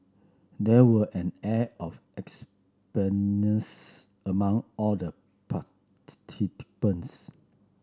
there was an air of among all the